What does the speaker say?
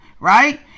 right